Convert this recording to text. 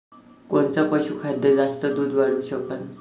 कोनचं पशुखाद्य जास्त दुध वाढवू शकन?